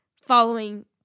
following